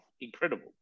Incredible